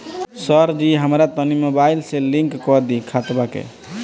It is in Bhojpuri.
सरजी हमरा तनी मोबाइल से लिंक कदी खतबा के